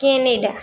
Canada